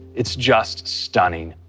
it's just stunning.